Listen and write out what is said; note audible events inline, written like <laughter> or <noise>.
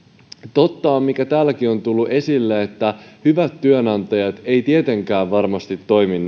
on mikä täälläkin on tullut esille että hyvät työnantajat eivät tietenkään varmasti toimi <unintelligible>